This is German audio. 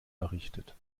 errichtet